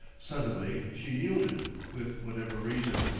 suddenly she yielded with whatever reason.